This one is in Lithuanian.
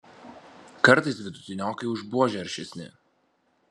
kartais vidutiniokai už buožę aršesni